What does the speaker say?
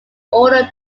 order